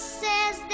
says